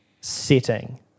setting